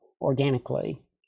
organically